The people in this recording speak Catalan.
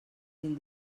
mil